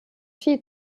viel